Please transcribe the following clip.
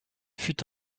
fut